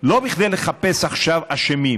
לא כדי לחפש עכשיו אשמים